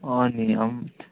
नि